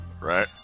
Right